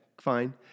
fine